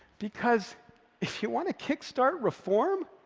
because if you want to kickstart reform,